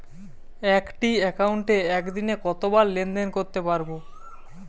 একটি একাউন্টে একদিনে কতবার লেনদেন করতে পারব?